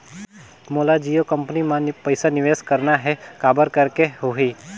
मोला जियो कंपनी मां पइसा निवेश करना हे, काबर करेके होही?